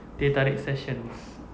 teh tarik session